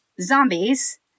zombies